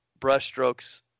brushstrokes